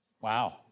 Wow